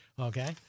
Okay